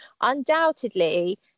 undoubtedly